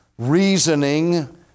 reasoning